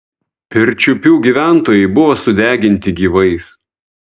pirčiupių gyventojai buvo sudeginti gyvais